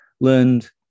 learned